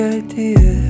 idea